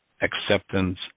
acceptance